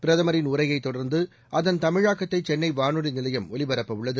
பிரதமரின் உரையைத் தொடர்ந்து அதன் தமிழாக்கத்தை சென்னை வானொலி நிலையம் ஒலிபரப்பவுள்ளது